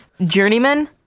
Journeyman